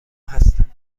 هستم